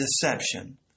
deception